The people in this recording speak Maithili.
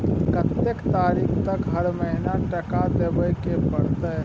कत्ते तारीख तक हर महीना टका देबै के परतै?